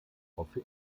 hoffe